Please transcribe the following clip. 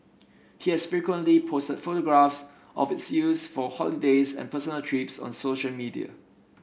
he has frequently posted photographs of its use for holidays and personal trips on social media